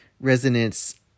resonance